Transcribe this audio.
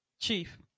chief